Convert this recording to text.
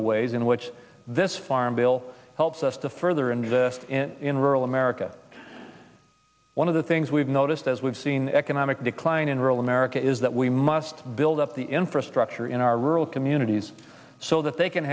the ways in which this farm bill helps us to further and in rural america one of the things we've noticed as we've seen economic decline in rural america is that we must build up the infrastructure in our rural communities so that they can